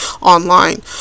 online